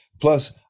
Plus